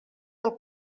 del